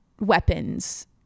weapons